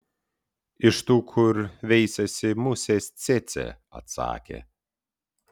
iš tų kur veisiasi musės cėcė atsakė